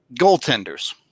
Goaltenders